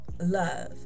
love